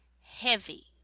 heavy